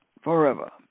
forever